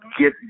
get